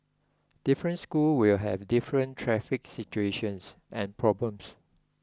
different schools will have different traffic situations and problems